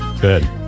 Good